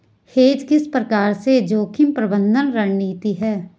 Hedge किस प्रकार से जोखिम प्रबंधन रणनीति है?